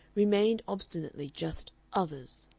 remained obstinately just others.